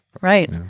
Right